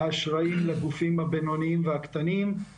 אני חושב